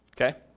Okay